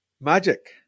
magic